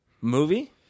movie